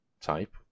type